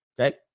Okay